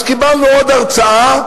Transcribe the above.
אז קיבלנו עוד הרצאה,